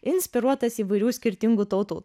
inspiruotas įvairių skirtingų tautų